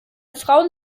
frauen